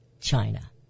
China